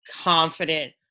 confident